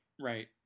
right